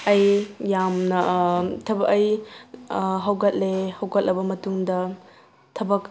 ꯑꯩ ꯌꯥꯝꯅ ꯊꯕꯛ ꯑꯩ ꯍꯧꯒꯠꯂꯦ ꯍꯧꯒꯠꯂꯕ ꯃꯇꯨꯡꯗ